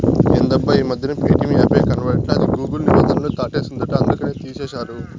ఎందబ్బా ఈ మధ్యన ప్యేటియం యాపే కనబడట్లా అది గూగుల్ నిబంధనలు దాటేసిందంట అందుకనే తీసేశారు